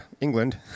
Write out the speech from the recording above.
England